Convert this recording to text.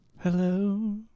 Hello